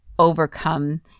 overcome